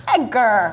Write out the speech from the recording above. Edgar